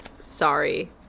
Sorry